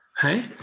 Hey